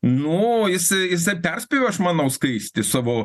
nu jis jisai perspėjo aš manau skaistį savo